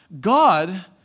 God